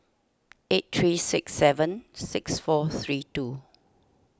eight three six seven six four three two